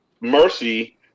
mercy